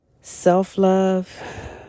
Self-love